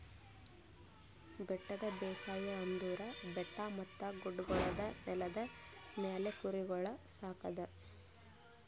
ಬೆಟ್ಟದ ಬೇಸಾಯ ಅಂದುರ್ ಬೆಟ್ಟ ಮತ್ತ ಗುಡ್ಡಗೊಳ್ದ ನೆಲದ ಮ್ಯಾಲ್ ಕುರಿಗೊಳ್ ಸಾಕದ್